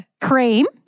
cream